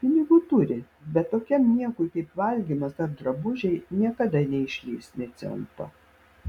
pinigų turi bet tokiam niekui kaip valgymas ar drabužiai niekada neišleis nė cento